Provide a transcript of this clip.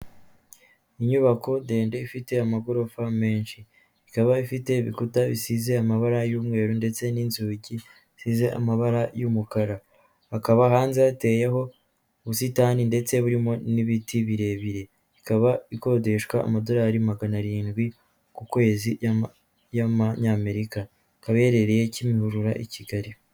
Inyubako ndende ifite amagorofa menshi, ikaba ifite ibikuta bisize amabara y'umweru ndetse n'inzugi zisize amabara y'umukara, hakaba hanze hateyeho ubusitani ndetse burimo n'ibiti birebire, ikaba ikodeshwa Amadorari magana arindwi ku kwezi y'Amanyamerika, ikaba iherereye Kimihurura i Kigali.